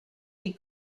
die